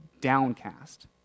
downcast